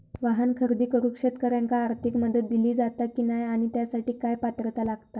वाहन खरेदी करूक शेतकऱ्यांका आर्थिक मदत दिली जाता की नाय आणि त्यासाठी काय पात्रता लागता?